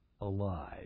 alive